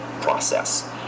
process